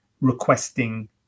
requesting